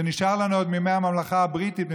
זה נשאר לנו עוד מימי הממלכה הבריטית,